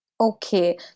Okay